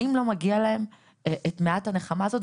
האם לא מגיע להם את מעט הנחמה הזאת?